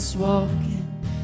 walking